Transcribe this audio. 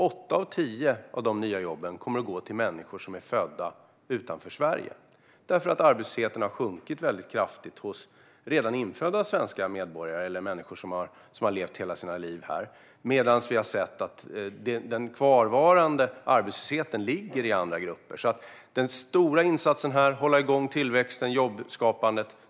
Åtta av tio av de nya jobben kommer att gå till människor som är födda utanför Sverige eftersom arbetslösheten har sjunkit kraftigt bland infödda svenska medborgare eller människor som har levt hela sina liv här, samtidigt som vi har sett att den kvarvarande arbetslösheten finns i andra grupper. Den stora insatsen är alltså att hålla igång tillväxten och jobbskapandet.